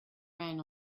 ran